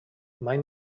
mai